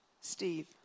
Steve